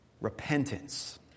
Repentance